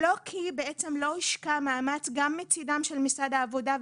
לא כי לא הושקע מאמץ מצידם של משרד העבודה.